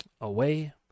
away